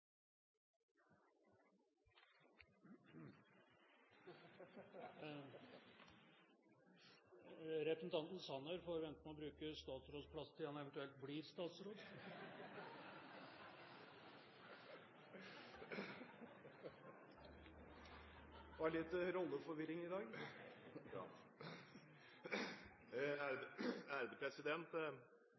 Representanten Jan Tore Sanner får vente med å bruke statsrådplassen til han eventuelt blir statsråd. Det var litt rolleforvirring i dag.